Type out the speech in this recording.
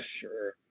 sure